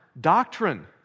doctrine